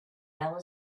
yellow